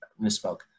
misspoke